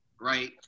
right